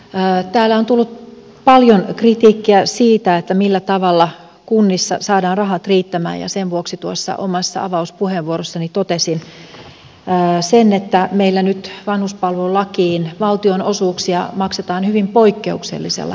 täällä on tullut paljon kritiikkiä siitä millä tavalla kunnissa saadaan rahat riittämään ja sen vuoksi tuossa omassa avauspuheenvuorossani totesin sen että meillä nyt vanhuspalvelulakiin valtionosuuksia maksetaan hyvin poikkeuksellisella prosentilla